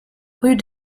rue